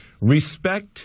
respect